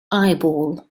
eyeball